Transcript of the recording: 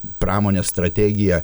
pramonės strategiją